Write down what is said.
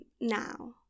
now